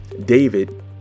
David